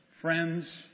friends